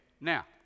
Now